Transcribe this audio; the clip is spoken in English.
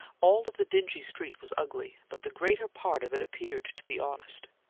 all of the dingy street was ugly but the greater part of it appeared to be honest.